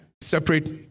Separate